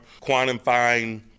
quantifying